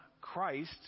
Christ